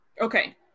Okay